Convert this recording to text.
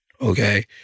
okay